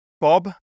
Bob